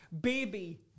baby